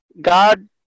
God